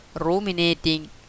ruminating